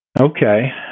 Okay